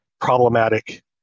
problematic